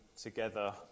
together